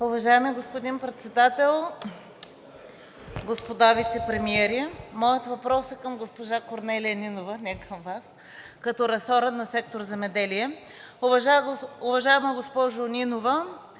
Уважаеми господин Председател, господа вицепремиери! Моят въпрос е към госпожа Корнелия Нинова, не към Вас, като ресорен на сектор „Земеделие“. Уважаема госпожо Нинова,